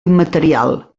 immaterial